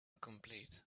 complete